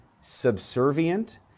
subservient